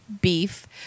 beef